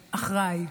האחראי.